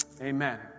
Amen